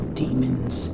demons